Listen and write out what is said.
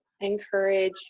encourage